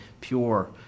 pure